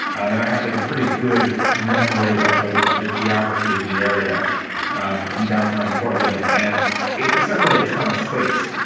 and i have like a pretty good memory of of the geography of the area in downtown portland. and it's not really a ton of space,